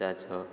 जाचो